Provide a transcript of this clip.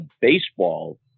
baseball